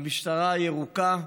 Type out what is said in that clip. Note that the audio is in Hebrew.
המשטרה הירוקה.